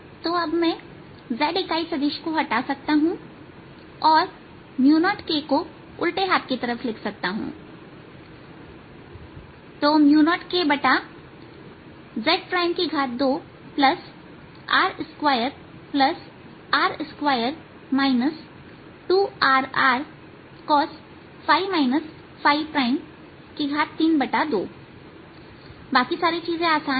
तो अब मैं z इकाई सदीश हटा सकता हूं और 0kको उल्टे हाथ की तरफ लिख सकता हूं 0kz 2R2r2 2rRcos 32 बाकी सारी चीजें आसान है